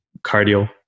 Cardio